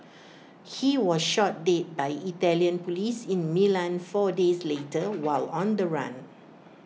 he was shot dead by Italian Police in Milan four days later while on the run